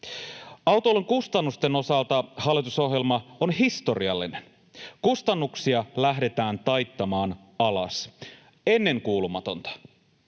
Autoilun kustannusten osalta hallitusohjelma on historiallinen. Kustannuksia lähdetään taittamaan alas — ennenkuulumatonta.